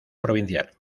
provincial